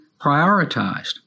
prioritized